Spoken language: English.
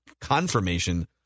confirmation